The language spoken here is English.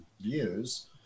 views